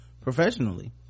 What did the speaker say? professionally